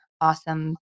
awesome